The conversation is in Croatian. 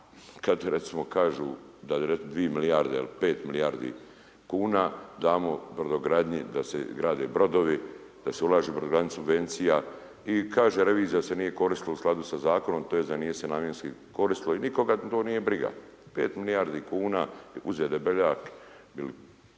kad recimo kažu da 2 milijarde ili 5 milijardi kuna damo brodogradnji da se grade brodovi da se ulaže u brodogradnju subvencija i kaže revizija se nije koristila u skladu sa zakonom to je da nije se namjenski koristila i nikoga to nije briga 5 milijardi kuna uzeo Debeljak